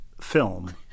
film